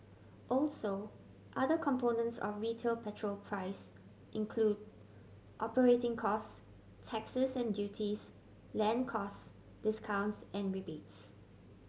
also other components of retail petrol price include operating costs taxes and duties land costs discounts and rebates